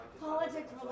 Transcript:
politics